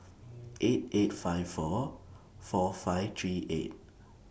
eight eight five four four five three eight